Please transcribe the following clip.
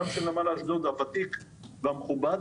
אלא גם של נמל אשדוד הוותיק והמכובד